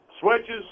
switches